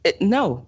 No